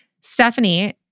Stephanie